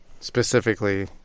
specifically